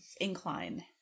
incline